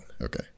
Okay